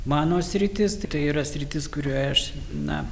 mano sritis tai yra sritis kurioje aš na